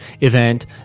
event